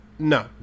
no